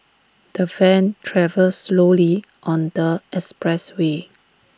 the van travelled slowly on the expressway